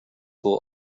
will